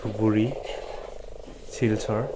Dhubri Silchar